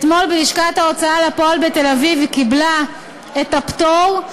אתמול בלשכת ההוצאה לפועל בתל-אביב היא קיבלה את הפטור,